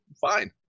fine